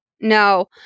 No